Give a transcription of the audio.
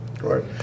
Right